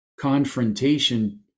confrontation